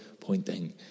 pointing